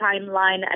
timeline